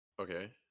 Okay